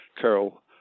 Carol